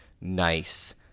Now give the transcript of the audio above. nice